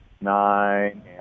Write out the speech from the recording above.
nine